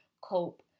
cope